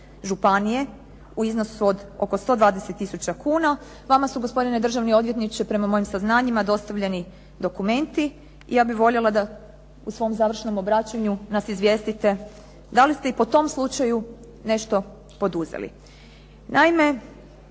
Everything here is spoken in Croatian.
županije u iznosu od oko 120000 kuna. Vama su gospodine državni odvjetniče prema mojim saznanjima dostavljeni dokumenti i ja bih voljela da u svom završnom obraćanju nas izvijestite da li ste i po tom slučaju nešto poduzeli.